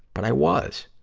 but i was.